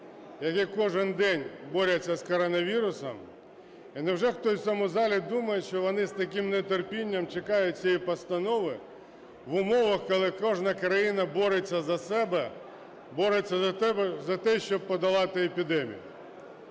які кожен день борються з коронавірусом. І невже хтось у цьому залі думає, що вони з таким нетерпінням чекають цієї постанови в умовах, коли кожна країна бореться за себе, бореться за тебе, за те, щоб подолати епідемію?